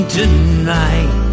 tonight